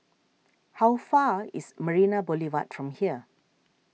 how far away is Marina Boulevard from here